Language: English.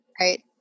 Right